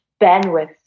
bandwidth